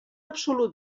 absolut